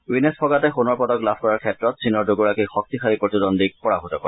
ৱিনেছ ফগাতে সোণৰ পদক লাভ কৰাৰ ক্ষেত্ৰত চীনৰ দুগৰাকী শক্তিশালী প্ৰতিদ্বন্দ্বীক পৰাভূত কৰে